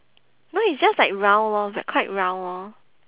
no it's just like round lor bu~ quite round lor